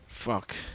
Fuck